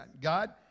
God